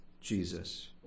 Jesus